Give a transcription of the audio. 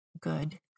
good